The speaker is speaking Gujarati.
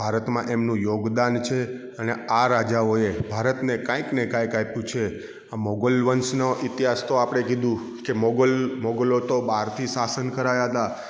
ભારતમાં એમનું યોગદાન છે અને આ રાજાઓ એ ભારતને કાંઈક ને કાંઈક આપ્યું છે મોગલ વંશનો ઈતિહાસ તો આપણે કીધું કે મોગલ મોગલો તો બહારથી શાસન કરાયા હતા